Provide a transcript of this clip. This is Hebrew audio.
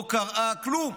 לא קראה, כלום.